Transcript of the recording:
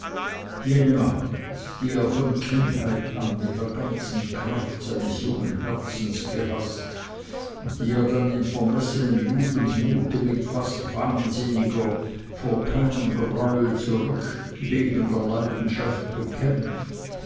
jene macht die er von kindheit an mit der ganzen kraft seines jungen herzens gehaßt die er dann in vermessenem jugendmute mit fast wahnsinniger vor keinem greuel zurückbebender leidenschaft bekämpf